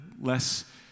less